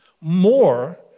more